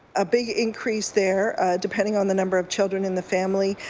a big increase there depending on the number of children in the family.